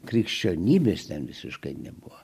krikščionybės ten visiškai nebuvo